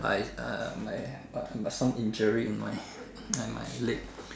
my uh my uh my some injury in my in my leg